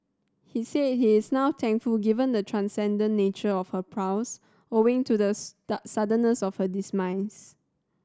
he said he's now thankful given the transcendent nature of her prose owing to the suddenness of her demise